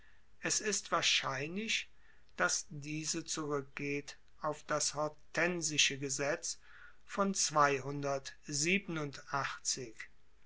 es ist wahrscheinlich dass diese zurueckgeht auf das hortensische gesetz von